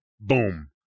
boom